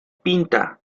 pinta